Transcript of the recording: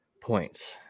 points